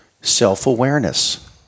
Self-awareness